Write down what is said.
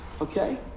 Okay